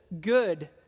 good